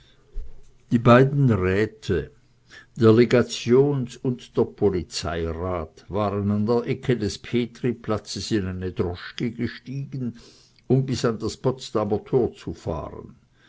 die beiden räte der legations und der polizeirat waren an der ecke des petriplatzes in eine droschke gestiegen um bis an das potsdamer tor zu fahren